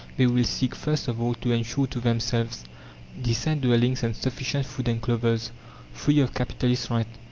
they will seek first of all to ensure to themselves decent dwellings and sufficient food and clothes free of capitalist rent.